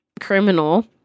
Criminal